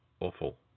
awful